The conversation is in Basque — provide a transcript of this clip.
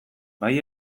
bai